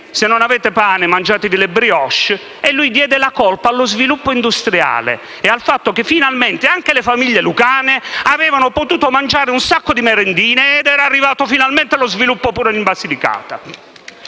pane, potevano mangiare le *brioche*. Egli diede la colpa allo sviluppo industriale, al fatto che anche le famiglie lucane avevano potuto mangiare un sacco di merendine e che era arrivato finalmente lo sviluppo anche in Basilicata.